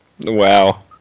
Wow